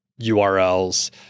urls